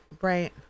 right